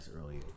earlier